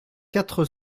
quatre